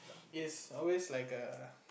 is always like err